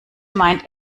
meint